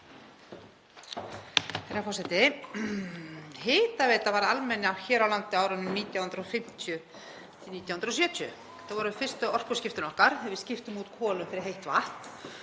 Herra forseti. Hitaveita varð almenn hér á landi á árunum 1950–1970. Þetta voru fyrstu orkuskiptin okkar, þegar við skiptum út kolum fyrir heitt vatn.